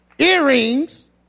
earrings